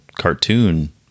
cartoon